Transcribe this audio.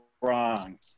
wrong